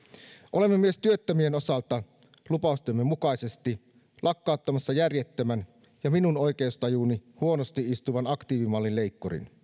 olemme myös työttömien osalta lupaustemme mukaisesti lakkauttamassa järjettömän ja minun oikeustajuuni huonosti istuvan aktiivimallileikkurin